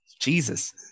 Jesus